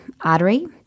artery